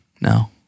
no